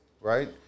right